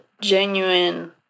genuine